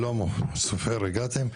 שלום סופר, הגעתם?